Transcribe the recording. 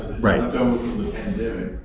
Right